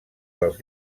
dels